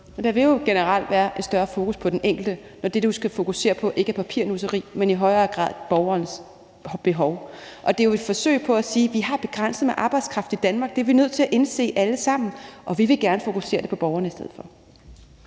Der vil jo generelt være et større fokus på den enkelte, når det, vi skal fokusere på, ikke er papirnusseri, men i højere grad borgerens behov. Det er jo et forsøg på at sige, at vi har begrænset med arbejdskraft i Danmark. Det er vi nødt til at indse alle sammen, og vi vil gerne fokusere den på borgeren i stedet for.